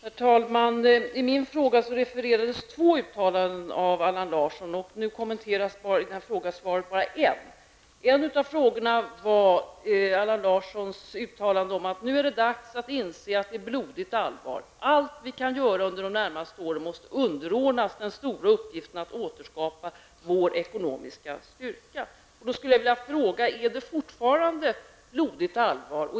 Herr talman! I min fråga refererades två uttalanden av Allan Larsson. I frågesvaret kommenteras bara en. En av frågorna gällde Allan Larssons uttalanden om att: Nu är det dags att inse att det är blodigt allvar. Allt vi kan göra under de närmaste åren måste underordnas den stora uppgiften att återskapa vår ekonomiska styrka. Jag skulle vilja fråga: Är det fortfarande blodigt allvar?